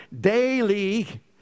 Daily